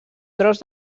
tros